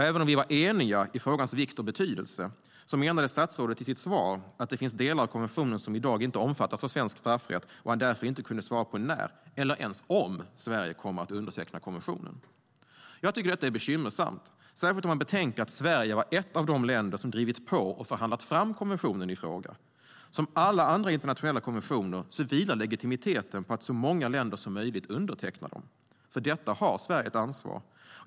Även om vi var eniga om frågans vikt och betydelse menade statsrådet i sitt svar att det finns delar av konventionen som i dag inte omfattas av svensk straffrätt och att han därför inte kunde svara på när eller ens om Sverige kommer att underteckna konventionen. Jag tycker att det är bekymmersamt, särskilt när man betänker att Sverige var ett av de länder som drev på och förhandlade fram konventionen i fråga. Som alla andra internationella konventioner vilar legitimiteten på att så många länder som möjligt undertecknar dem. För detta har Sverige ett ansvar.